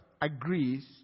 agrees